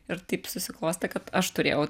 ir taip susiklostė kad aš turėjau